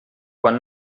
quan